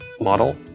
model